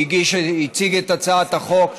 הציג את הצעת החוק,